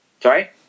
sorry